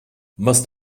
must